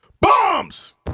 Bombs